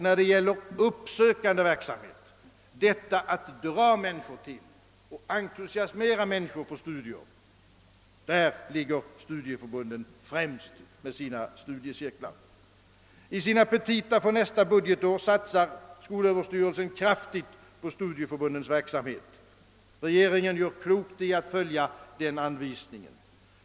När det gäller uppsökande verksamhet, detta att dra människor till och entusiasmera människor för studier, ligger studieförbundens studiecirklar främst. I sina petita för nästa budgetår satsar skolöverstyrelsen kraftigt på studieförbundens verksamhet. Regeringen gör klokt i att följa den anvisningen.